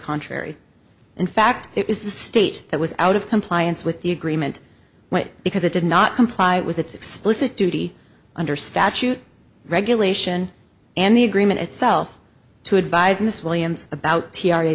contrary in fact it is the state that was out of compliance with the agreement because it did not comply with its explicit duty under statute regulation and the agreement itself to advise miss williams about